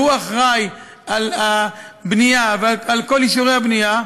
שהוא אחראי לבנייה ולכל אישורי הבנייה,